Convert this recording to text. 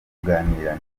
kuganira